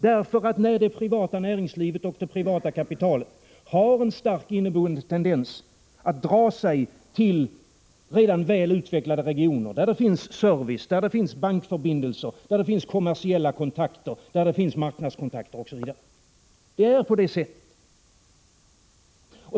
Det privata näringslivet och det privata kapitalet har en stark inneboende tendens att dra sig till redan välutvecklade regioner där det finns service, där det finns bankförbindelser, där det finns kommersiella kontakter, där det finns marknadskontakter osv. Det är på det sättet.